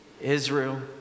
Israel